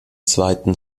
zweiten